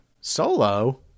Solo